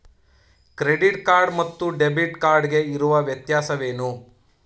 Credit card ಮತ್ತು debit card ಗೆ ಇರುವ ವ್ಯತ್ಯಾಸವೇನು?